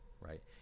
right